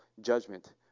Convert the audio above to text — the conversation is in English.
judgment